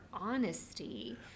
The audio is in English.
honesty